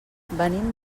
venim